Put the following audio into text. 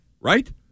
right